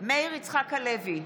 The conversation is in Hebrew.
מאיר יצחק הלוי,